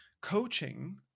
coaching